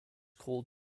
called